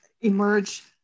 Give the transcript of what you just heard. emerge